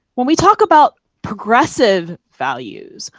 when we talk about progressive values,